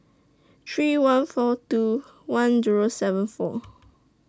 three one four two one Zero seven four